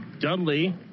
Dudley